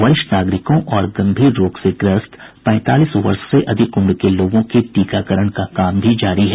वरिष्ठ नागरिकों और गंभीर रोग से ग्रस्त पैंतालीस वर्ष से अधिक उम्र के लोगों के टीकाकरण का काम भी जारी है